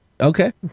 okay